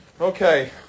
Okay